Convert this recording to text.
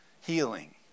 healing